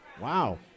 Wow